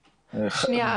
ברור ש --- משה,